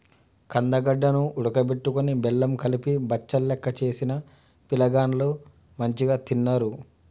కందగడ్డ ను ఉడుకబెట్టుకొని బెల్లం కలిపి బచ్చలెక్క చేసిన పిలగాండ్లు మంచిగ తిన్నరు